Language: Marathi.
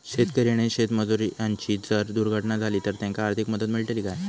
शेतकरी आणि शेतमजूर यांची जर दुर्घटना झाली तर त्यांका आर्थिक मदत मिळतली काय?